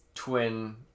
twin